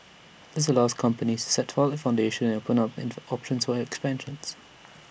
this allows companies set A solid foundation and opens up in the options for expansions